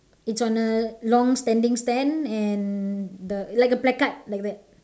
it's on a long standing stand and the like a placard like that